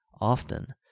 Often